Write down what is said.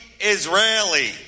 Israeli